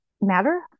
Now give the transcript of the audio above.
matter